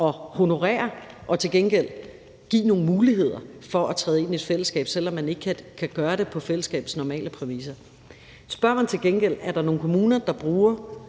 at honorere, og til gengæld give dem nogle muligheder for at træde ind i et fællesskab, selv om de ikke kan gøre det på fællesskabets normale præmisser. Spørges der til gengæld til, om der er nogle kommuner, der bruger